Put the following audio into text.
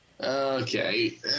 Okay